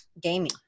gaming